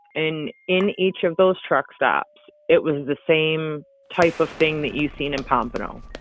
in in each of those truckstops, it was the same type of thing that you seen in pompano.